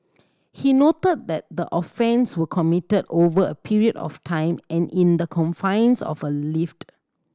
he noted that the offence were committed over a period of time and in the confines of a lift